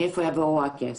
מאיפה יבוא הכסף.